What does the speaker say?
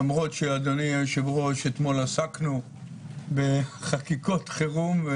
למרות שאתמול עסקנו בחקיקות חירום.